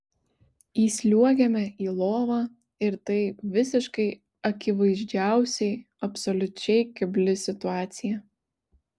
įsliuogiame į lovą ir tai visiškai akivaizdžiausiai absoliučiai kebli situacija